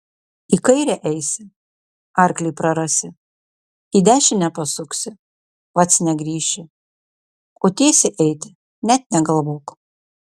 į kairę eisi arklį prarasi į dešinę pasuksi pats negrįši o tiesiai eiti net negalvok